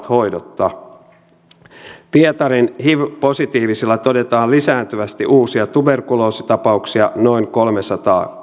hoidotta pietarin hiv positiivisilla todetaan lisääntyvästi uusia tuberkuloositapauksia noin kolmesataa